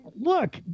look